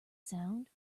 sound